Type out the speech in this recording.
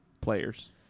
players